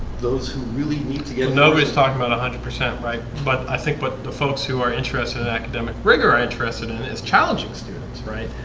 those who really need to give nobody's talking about a hundred percent, right? but i think what the folks who are interested in academic rigor. i interested in is challenging students, right?